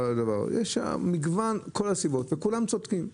כל הסיבות וכולם צודקים.